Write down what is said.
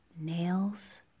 Nails